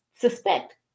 suspect